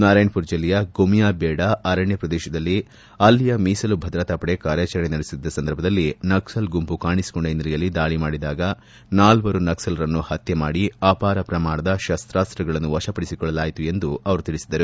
ನಾರಾಯಣ್ಪುರ್ ಜಿಲ್ಲೆಯ ಗುಮಿಯಾಬೇಡ ಅರಣ್ಯ ಪ್ರದೇಶದಲ್ಲಿ ಅಲ್ಲಿಯ ಮೀಸಲು ಭದ್ರತಾಪಡೆ ಕಾರ್ಯಾಚರಣೆ ನಡೆಸುತ್ತಿದ್ದ ಸಂದರ್ಭದಲ್ಲಿ ನಕ್ಸಲ್ ಗುಂಪು ಕಾಣಿಸಿಕೊಂಡ ಹಿನ್ನೆಲೆಯಲ್ಲಿ ದಾಳ ಮಾಡಿದಾಗ ನಾಲ್ವರು ನಕ್ಲಲ್ರನ್ನು ಪತ್ಯೆ ಮಾಡಿ ಅಪಾರ ಪ್ರಮಾಣದ ಶಸ್ತಾಸ್ತಗಳನ್ನು ವಶಪಡಿಸಿಕೊಳ್ಳಲಾಯಿತು ಎಂದು ಅವರು ತಿಳಿಸಿದರು